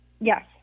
Yes